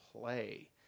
play